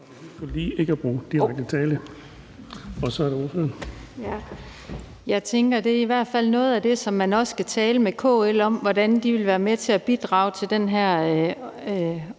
Jeg tænker, at det i hvert fald er noget af det, som man også skal tale med KL om, altså hvordan de vil være med til at bidrage til at løse